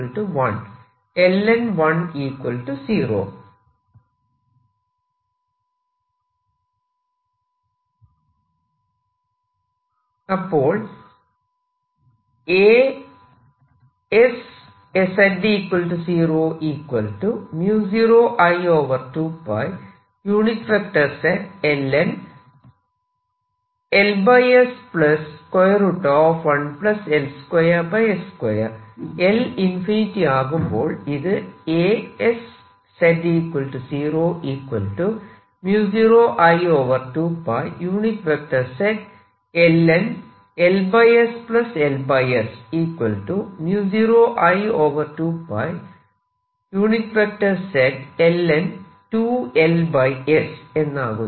1 0 അപ്പോൾ L infinity ആകുമ്പോൾ ഇത് എന്നാകുന്നു